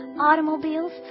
automobiles